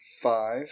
five